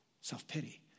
Self-pity